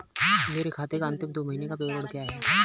मेरे खाते का अंतिम दो महीने का विवरण क्या है?